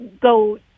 go